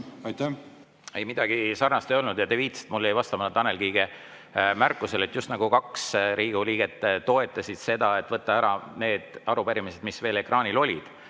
Ei, midagi sarnast ei olnud. Te viitasite ja mul jäi vastamata Tanel Kiige märkusele, just nagu kaks Riigikogu liiget toetasid seda, et võtta vastu need arupärimised, mis veel ekraanil olid.